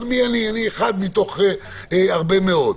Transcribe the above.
אבל אני אחד מתוך הרבה מאוד.